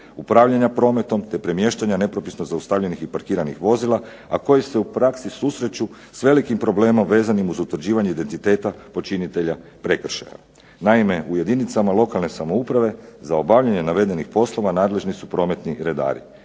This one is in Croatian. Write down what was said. upravljanja prometom, te premještanja nepropisno zaustavljenih i parkiranih vozila a koji se u praksi susreću s velikim problemom vezanim uz utvrđivanje identiteta počinitelja prekršaja. Naime, u jedinicama lokalne samouprave za obavljanje navedenih poslova nadležni su prometni redari.